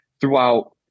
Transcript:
throughout